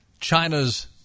China's